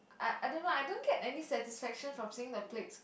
I I don't know I don't get any satisfaction from seeing the plates